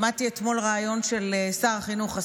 שמעתי אתמול ריאיון של שר החינוך,